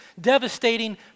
devastating